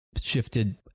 shifted